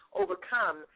overcome